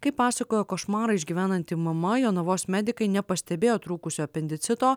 kaip pasakoja košmarą išgyvenanti mama jonavos medikai nepastebėjo trūkusio apendicito